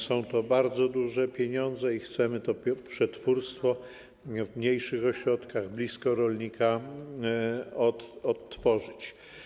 Są to bardzo duże pieniądze i chcemy to przetwórstwo w mniejszych ośrodkach, blisko rolnika odtworzyć.